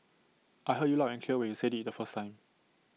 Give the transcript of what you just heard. I heard you loud and clear when you said IT the first time